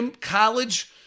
college